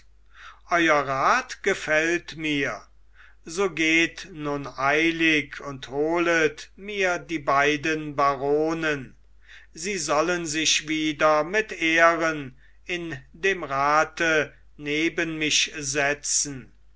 euer rat gefällt mir so geht nun eilig und holet mir die beiden baronen sie sollen sich wieder mit ehren in dem rate neben mich setzen